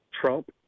Trump